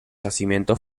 yacimientos